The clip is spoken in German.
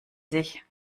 sich